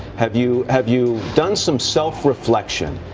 have you have you done some self-reflection,